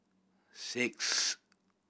six